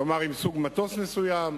כלומר סוג מטוס מסוים,